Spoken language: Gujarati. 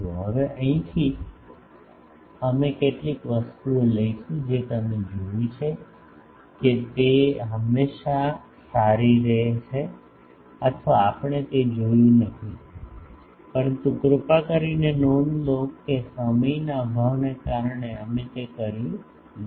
હવે અહીંથી અમે કેટલીક વસ્તુઓ લઈશું જે તમે જોયું છે કે તે હંમેશા સારી રહે છે અથવા આપણે તે જોયું નથી પરંતુ કૃપા કરીને નોંધ લો કે સમયના અભાવને કારણે અમે તે કર્યું નથી